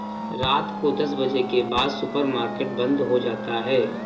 रात को दस बजे के बाद सुपर मार्केट बंद हो जाता है